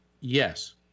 Yes